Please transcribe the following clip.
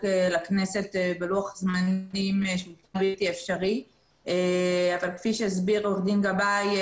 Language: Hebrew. לכנסת בלוח זמנים שהוא בלתי אפשרי אבל פי שהסביר עורך דין גבאי,